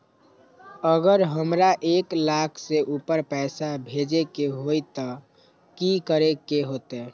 अगर हमरा एक लाख से ऊपर पैसा भेजे के होतई त की करेके होतय?